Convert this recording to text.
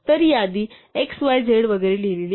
तर यादी x y z वगैरे लिहिलेली आहे